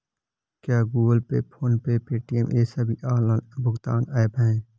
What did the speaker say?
क्या Google pay phone pay Paytm ये सभी ऑनलाइन भुगतान ऐप हैं?